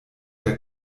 der